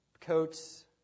coats